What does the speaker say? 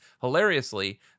Hilariously